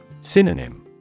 Synonym